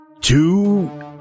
Two